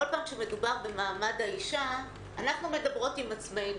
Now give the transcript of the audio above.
כל פעם שמדובר במעמד האישה אנחנו מדברות עם עצמנו.